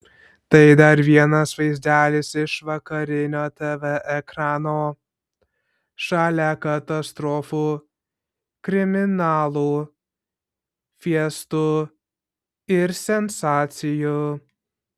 tai dar vienas vaizdelis iš vakarinio tv ekrano šalia katastrofų kriminalų fiestų ir sensacijų